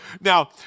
now